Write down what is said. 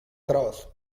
tros